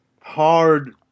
hard